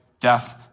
death